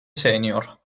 senior